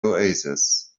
oasis